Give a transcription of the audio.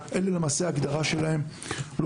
ההגדרה שלהם היא למעשה חניוני שהייה.